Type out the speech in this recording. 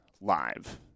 Live